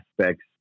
aspects